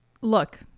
look